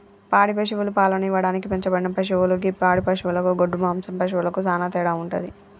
పాడి పశువులు పాలను ఇవ్వడానికి పెంచబడిన పశువులు గి పాడి పశువులకు గొడ్డు మాంసం పశువులకు సానా తేడా వుంటది